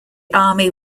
army